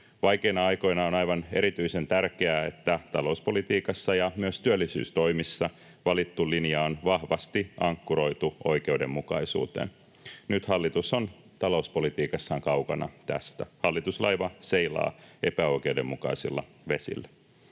Vaikeina aikoina on aivan erityisen tärkeää, että talouspolitiikassa ja myös työllisyystoimissa valittu linja on vahvasti ankkuroitu oikeudenmukaisuuteen. Nyt hallitus on talouspolitiikassaan kaukana tästä. Hallituslaiva seilaa epäoikeudenmukaisilla vesillä.